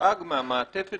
מודאג מהמעטפת